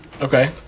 Okay